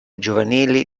giovanili